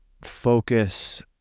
focus